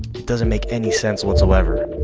it doesn't make any sense whatsoever.